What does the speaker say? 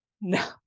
no